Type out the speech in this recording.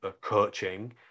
coaching